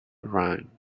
rhyme